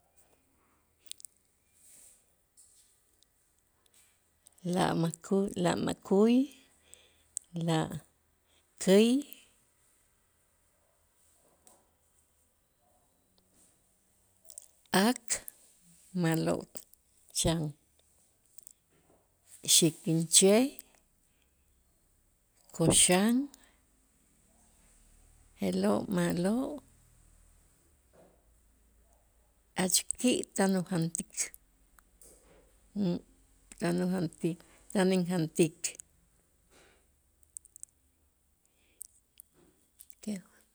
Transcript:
La maku la makuy, la käy, aak ma'lo' xan xikinche', k'o'xan je'lo' ma'lo' jach ki' tan ujantik tan ujantik tan injantik.